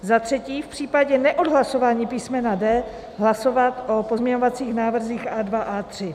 Za třetí v případě neodhlasování písmena D hlasovat o pozměňovacích návrzích A2, A3.